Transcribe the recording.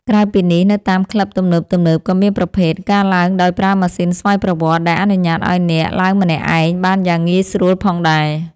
ក្រៅពីនេះ នៅតាមក្លឹបទំនើបៗក៏មានប្រភេទ ការឡើងដោយប្រើម៉ាស៊ីនស្វ័យប្រវត្តិ ដែលអនុញ្ញាតឱ្យអ្នកឡើងម្នាក់ឯងបានយ៉ាងងាយស្រួលផងដែរ។